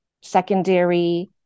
secondary